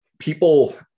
People